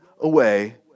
away